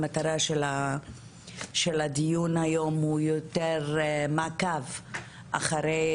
המטרה של הדיון היום הוא יותר מעקב אחרי